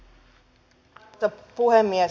arvoisa puhemies